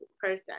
person